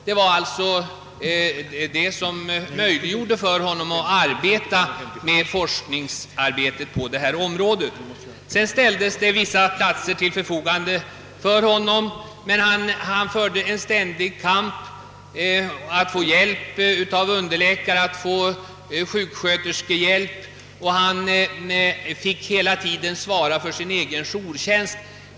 Det var detta som möjliggjorde för honom aft arbeta med sina forskningsuppgifter. Sedan ställdes det vissa sjukhusplatser till hans förfogande. Men då fick han föra en ständig kamp för att få hjälp av underläkare och sjuksköterskor, och han fick hela tiden svara för sin egen jourtjänst.